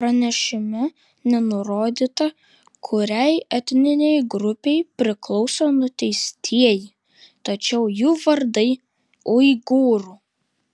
pranešime nenurodyta kuriai etninei grupei priklauso nuteistieji tačiau jų vardai uigūrų